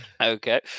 Okay